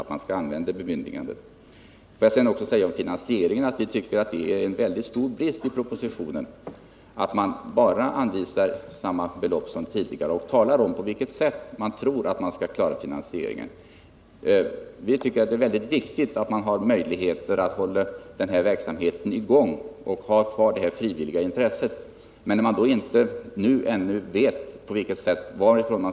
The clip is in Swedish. Låt mig också säga några ord när det gäller finansieringen. Vi tycker att det ären väldigt stor brist i propositionen att regeringen där bara talar om på vilket sätt man tror att man skall klara finansieringen och att man därvid bara anvisar samma belopp som tidigare. Enligt vår mening är det viktigt att man bibehåller möjligheten att även fortsättningsvis hålla verksamheten. med de frivilliga insatserna i gång.